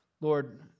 Lord